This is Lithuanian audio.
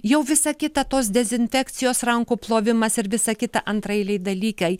jau visa kita tos dezinfekcijos rankų plovimas ir visa kita antraeiliai dalykai